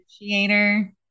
initiator